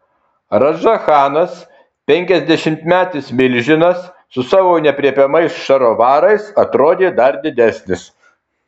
radža chanas penkiasdešimtmetis milžinas su savo neaprėpiamais šarovarais atrodė dar didesnis